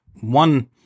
one